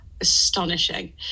astonishing